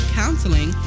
counseling